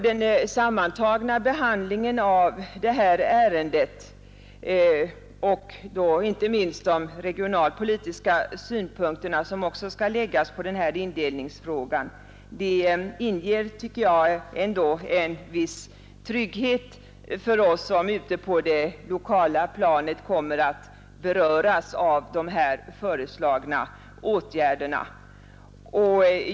Den sammantagna behandlingen av det här ärendet, och inte minst de regionalpolitiska synpunkterna, som också skall läggas på indelningsfrågan, inger enligt min mening en viss trygghet för oss som ute på det lokala planet kommer att beröras av de här föreslagna åtgärderna.